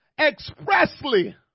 expressly